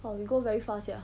!wah! we go very far sia